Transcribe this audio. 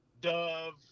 dove